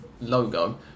logo